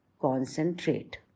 concentrate